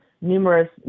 numerous